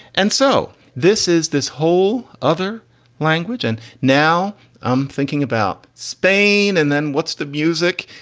and so this is this whole other language. and now i'm thinking about spain and then what's the music?